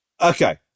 Okay